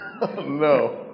No